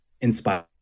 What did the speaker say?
inspire